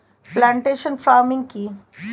Plantation farming কি?